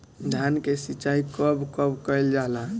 धान के सिचाई कब कब कएल जाला?